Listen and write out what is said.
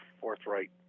forthright